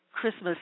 Christmas